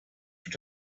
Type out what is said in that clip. were